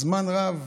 זמן רב,